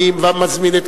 אני מזמין את,